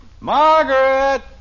Margaret